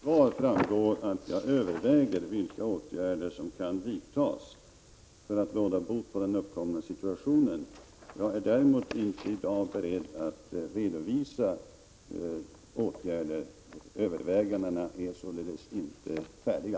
Fru talman! Av mitt svar framgår att jag överväger vilka åtgärder som kan vidtas för att råda bot på den uppkomna situationen. Jag är däremot inte i dag beredd att redovisa några åtgärder. Övervägandena är således inte färdiga.